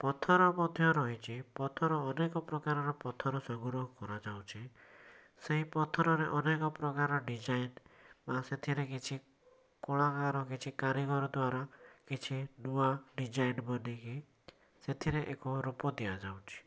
ପଥର ମଧ୍ୟ ରହିଛି ପଥର ଅନେକ ପ୍ରକାରର ପଥର ସଂଗ୍ରହ କରାଯାଉଛି ସେହି ପଥରରେ ଅନେକ ପ୍ରକାରର ଡିଜାଇନ୍ ଆଉ ସେଥିରେ କିଛି କଳାକାର କିଛି କାରିଗର ଦ୍ଵାରା କିଛି ନୂଆଁ ଡିଜାଇନ୍ ବନିକି ସେଥିରେ ଏକ ରୂପ ଦିଆଯାଉଛି